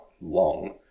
long